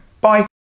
bye